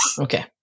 Okay